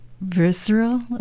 visceral